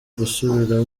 gusubira